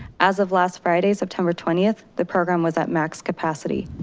as of last friday, september twentieth, the program was at max capacity.